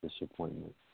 disappointment